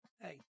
Hey